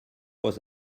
was